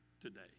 today